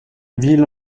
ville